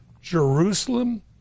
Jerusalem